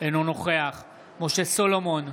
אינו נוכח משה סולומון,